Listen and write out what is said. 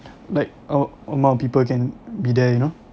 like a~ amount of people that can be there you know